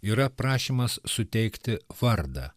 yra prašymas suteikti vardą